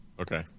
Okay